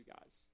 guys